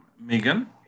Megan